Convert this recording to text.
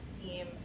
team